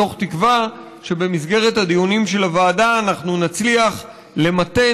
מתוך תקווה שבמסגרת הדיונים של הוועדה אנחנו נצליח למתן